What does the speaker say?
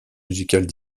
musicales